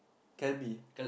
Calbee